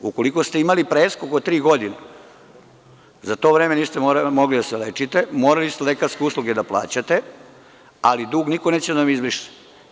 Ukoliko ste imali preskok od tri godine, za to vreme niste mogli da se lečite, morali ste lekarske usluge da plaćate, ali dug niko neće da vam izbriše.